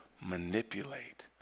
manipulate